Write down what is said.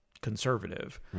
conservative